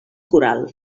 coral